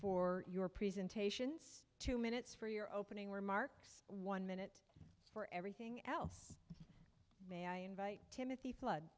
for your presentations two minutes for your opening remarks one minute for everything else may i invite timothy flood